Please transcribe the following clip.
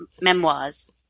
memoirs